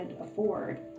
afford